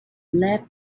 left